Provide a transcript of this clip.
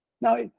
Now